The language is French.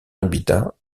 habitat